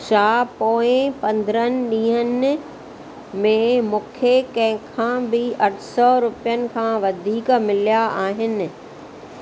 छा पोएं पंदरहनि ॾींहनि में मूंखे कंहिं खां बि अठ सौ रुपियनि खां वधीक मिलिया आहिनि